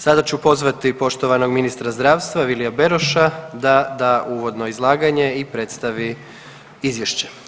Sada ću pozvati poštovanog ministra zdravstva, Vilija Beroša da da uvodno izlaganje i predstavi Izvješće.